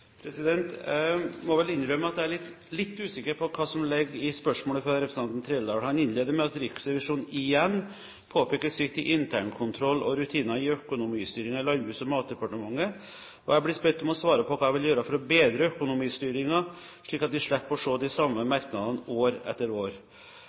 Jeg må vel innrømme at jeg er litt usikker på hva som ligger i spørsmålet fra representanten Trældal. Han innleder med at Riksrevisjonen igjen påpeker svikt i internkontroll og rutiner i økonomistyringen i Landbruks- og matdepartementet, og jeg blir bedt om å svare på hva jeg vil gjøre for å bedre økonomistyringen slik at vi slipper å se de samme